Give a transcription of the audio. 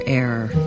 error